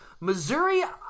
Missouri